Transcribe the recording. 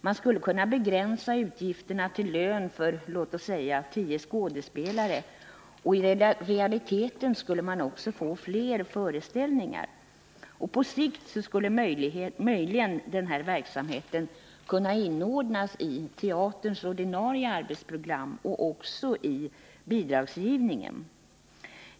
Man skulle kunna begränsa utgifterna till lön för låt oss säga tio skådespelare, och i realiteten skulle man få fler föreställningar. På sikt skulle möjligen denna verksamhet kunna inordnas i teaterns ordinarie arbetsplan och även i bidragsgivningen.